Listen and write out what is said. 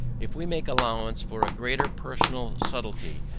if we make allowance for a greater personal subtlety,